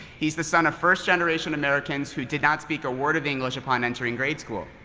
he's the son of first generation americans who did not speak a word of english upon entering grade school.